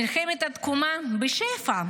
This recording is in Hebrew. "מלחמת התקומה" בשפע.